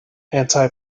anti